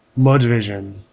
Mudvision